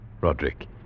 Roderick